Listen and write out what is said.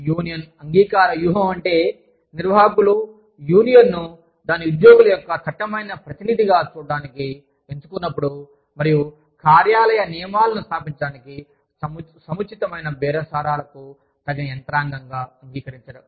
union అంగీకార వ్యూహం ఏమిటంటే నిర్వాహకులు యూనియన్ను దాని ఉద్యోగుల యొక్క చట్టబద్ధమైన ప్రతినిధిగా చూడటానికి ఎంచుకున్నప్పుడు మరియు కార్యాలయ నియమాలను స్థాపించడానికి సముచితమైన బేరసారాలకు తగిన యంత్రాంగగా అంగీకరించడం